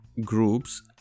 groups